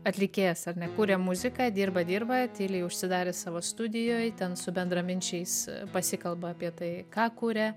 atlikėjas ar ne kuria muziką dirba dirba tyliai užsidaręs savo studijoj ten su bendraminčiais pasikalba apie tai ką kuria